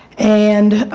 and